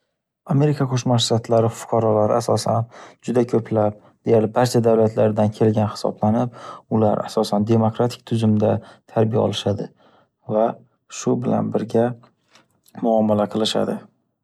Amerika Qo’shma Shtatlari fuqarolari asosan juda ko’plar, deyarli barcha davlatlardan kelgan hisoblanib, ular asosan demokratik tuzumda tarbiya olishadi. Va shu bilan birga muomala qilishadi.